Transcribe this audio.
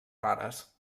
rares